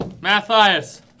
Mathias